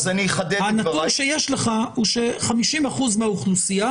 הנתון שיש לך הוא ש-50 אחוזים מהאוכלוסייה